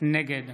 נגד